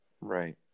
right